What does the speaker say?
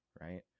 right